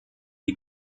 die